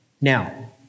Now